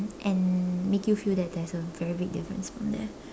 and make you feel that there's a very big difference from there